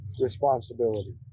responsibility